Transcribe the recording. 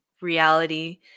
reality